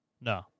No